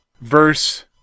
verse